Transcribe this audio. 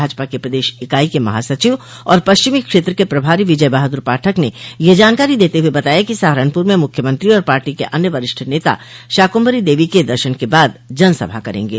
भाजपा के प्रदेश इकाई के महासचिव और पश्चिमी क्षेत्र के प्रभारी विजय बहादुर पाठक ने यह जानकारी देते हुए बताया कि सहारनपुर में मुख्यमंत्री और पार्टी के अन्य वरिष्ठ नेता शाकुंभरी देवी के दर्शन के बाद जनसभा करेंगे